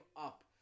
up